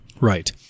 Right